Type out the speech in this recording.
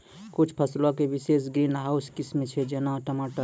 कुछु फसलो के विशेष ग्रीन हाउस किस्म छै, जेना टमाटर